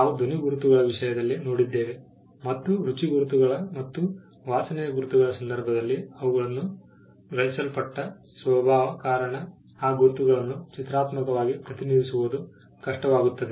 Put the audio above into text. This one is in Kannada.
ನಾವು ಧ್ವನಿ ಗುರುತುಗಳ ವಿಷಯದಲ್ಲಿ ನೋಡಿದ್ದೇವೆ ಮತ್ತು ರುಚಿ ಗುರುತುಗಳು ಮತ್ತು ವಾಸನೆಯ ಗುರುತುಗಳ ಸಂದರ್ಭದಲ್ಲಿ ಅವುಗಳು ಗ್ರಹಿಸಲ್ಪಟ್ಟ ಸ್ವಭಾವದ ಕಾರಣ ಆ ಗುರುತುಗಳನ್ನು ಚಿತ್ರಾತ್ಮಕವಾಗಿ ಪ್ರತಿನಿಧಿಸುವುದು ಕಷ್ಟವಾಗುತ್ತದೆ